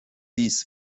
dies